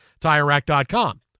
TireRack.com